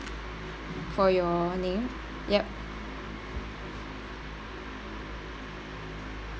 for your name yup